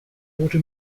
rote